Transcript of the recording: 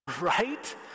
Right